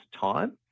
time